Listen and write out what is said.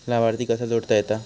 लाभार्थी कसा जोडता येता?